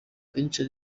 kenshi